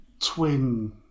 twin